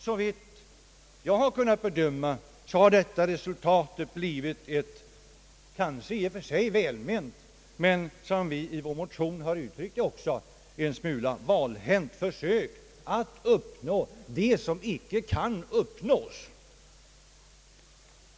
Såvitt jag har kunnat bedöma har detta resultat blivit ett kanske i och för sig välment men, som vi i vår motion har uttryckt det, en smula valhänt försök att uppnå det som icke kan uppnås.